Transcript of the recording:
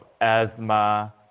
asthma